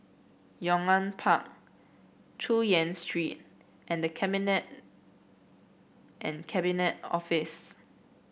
Yong An Park Chu Yen Street and The Cabinet and Cabinet Office